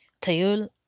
Tayul